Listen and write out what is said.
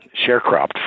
sharecropped